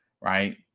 right